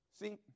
See